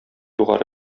югары